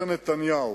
אומר נתניהו,